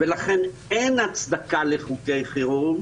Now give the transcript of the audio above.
ולכן אין הצדקה לחוקי חירום.